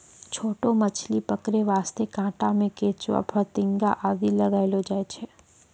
छोटो मछली पकड़ै वास्तॅ कांटा मॅ केंचुआ, फतिंगा आदि लगैलो जाय छै